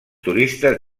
turistes